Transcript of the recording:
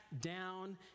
down